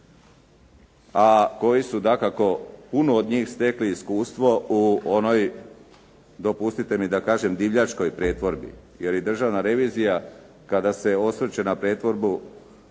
a koji su dakako puno od njih stekli iskustvo u onoj, dopustite mi da kažem, divljačkoj pretvorbi, jer i Državna revizija kada se osvrće na pretvorbu